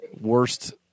worst